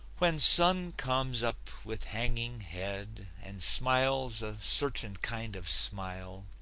when son comes up with hanging head and smiles a certain kind of smile,